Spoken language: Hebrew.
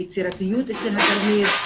היצירתיות אצל התלמיד.